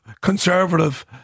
conservative